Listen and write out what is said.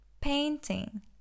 Painting